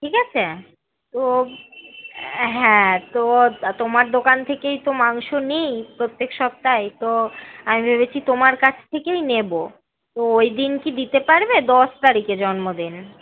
ঠিক আছে তো হ্যাঁ তো তোমার দোকান থেকেই তো মাংস নিই প্রত্যেক সপ্তাহে তো আমি ভেবেছি তোমার কাছ থেকেই নেবো তো ওই দিন কি দিতে পারবে দশ তারিখে জন্মদিন